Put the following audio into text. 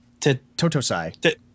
Totosai